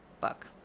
book